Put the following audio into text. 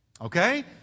Okay